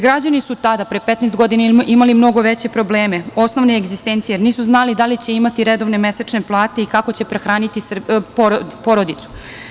Građani su tada, pre 15 godina, imali mnogo veće probleme osnovne egzistencije, jer nisu znali da li će imati redovne mesečne plate i kako će prehraniti porodicu.